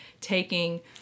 taking